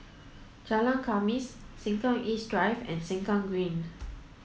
Jalan Khamis Sengkang East Drive and Sengkang Green